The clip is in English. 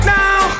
now